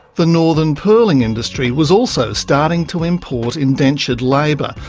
the northern pearling industry was also starting to import indentured labour,